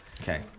Okay